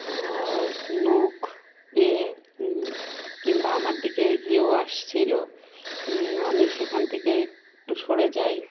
নখ পয়ে কিংবা আমার দিকে এগিয়েও আসছিলো আমি সেখান থেকে একটু সরে যাই